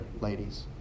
ladies